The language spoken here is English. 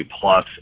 plus